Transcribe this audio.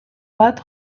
bat